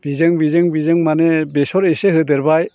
बेजों बेजों बेजों माने बेसर एसे होदेरबाय